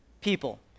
people